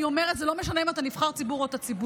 אני אומרת: זה לא משנה אם אתה נבחר ציבור או אתה ציבור,